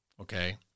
okay